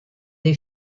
dei